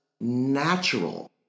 natural